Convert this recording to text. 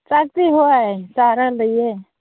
ꯆꯥꯛꯇꯤ ꯍꯣꯏ ꯆꯥꯔꯥ ꯂꯩꯌꯦ